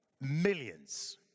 millions